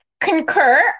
concur